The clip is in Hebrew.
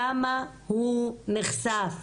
כמה הוא נחשף